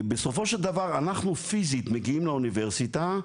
בסופו של דבר אנחנו פיזית מגיעים לאוניברסיטה,